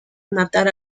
matar